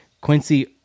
Quincy